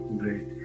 great